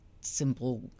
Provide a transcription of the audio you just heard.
simple